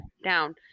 down